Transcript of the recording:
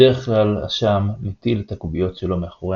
בדרך כלל השה"ם מטיל את הקוביות שלו מאחורי